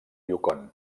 yukon